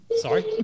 Sorry